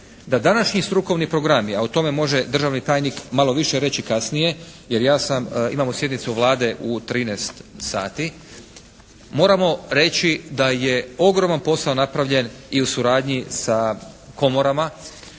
da današnji strukovni programi, a o tome može državni tajnik malo više reći kasnije, jer ja sam, imamo sjednicu Vlade u 13 sati, moramo reći da je ogroman posao napravljen i u suradnji sa komorama,